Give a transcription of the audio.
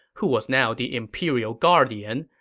who was now the imperial guardian,